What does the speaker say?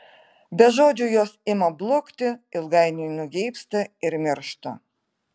be žodžių jos ima blukti ilgainiui nugeibsta ir miršta